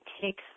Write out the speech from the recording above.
take